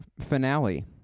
finale